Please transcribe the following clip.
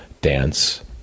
dance